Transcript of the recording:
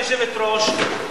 כיושבת-ראש,